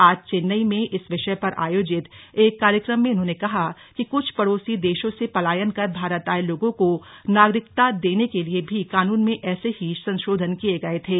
आज चेन्नई में इस विषय पर आयोजित एक कार्यक्रम में उन्होंने कहा कि कुछ पड़ोसी देशों से पलायन कर भारत आए लोगों को नागरिकता देने के लिए भी कानून में ऐसे ही संशोधन किए गए थे